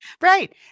Right